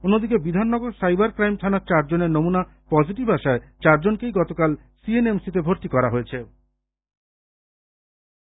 অন্যদিকে Bidhannagar cyber crime থানার চার জনের নমুনা পজেটিভ আসায় চারজনকেই গতকাল সিএনএমসি তে ভর্তি করা হয়েছে